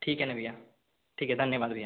ठीक है ना भैया ठीक है धन्यवाद भैया